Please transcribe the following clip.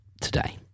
today